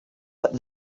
but